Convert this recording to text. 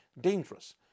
dangerous